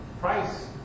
Price